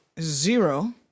zero